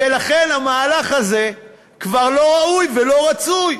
ולכן המהלך הזה כבר לא ראוי ולא רצוי.